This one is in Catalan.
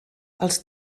els